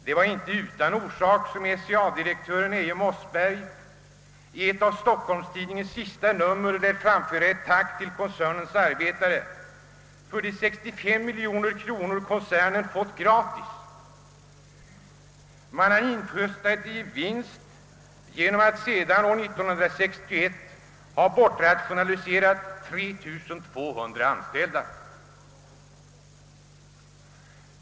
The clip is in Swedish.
Det var inte utan skäl som SCA-direktören Eje Mossberg i ett av Stockholms Tidningens sista nummer lät framföra ett tack till koncernens arbetare för de 65 miljoner kronor som koncernen kunnat inhösta i vinst genom att sedan år 1961 ha bortrationaliserat 3200 anställda.